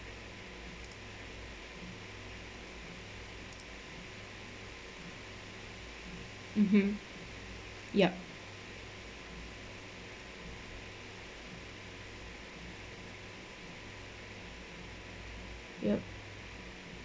mmhmm yup yup